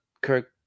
Kirk